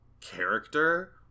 character